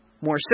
more